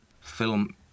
film